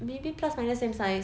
maybe plus minus same size